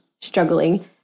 struggling